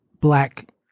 black